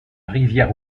rivière